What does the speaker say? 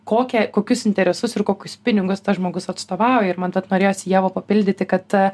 kokia kokius interesus ir kokius pinigus tas žmogus atstovauja ir man tad norėjosi ievą papildyti kad